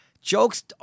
jokes